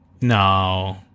No